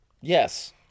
Yes